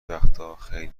وقتاخیلی